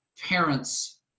parents